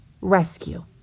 Rescue